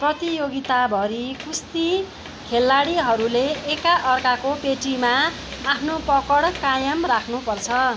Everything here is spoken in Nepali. प्रतियोगिताभरि कुस्ती खेलाडीहरूले एका अर्काको पेटीमा आफ्नो पकड कायम राख्नुपर्छ